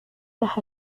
las